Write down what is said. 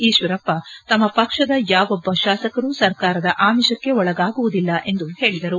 ಈಶ್ವರಪ್ಪ ತಮ್ಮ ಪಕ್ಷದ ಯಾವೊಬ್ಬ ಶಾಸಕರೂ ಸರ್ಕಾರದ ಆಮಿಷಕ್ಕೆ ಒಳಗಾಗುವುದಿಲ್ಲ ಎಂದು ಹೇಳಿದರು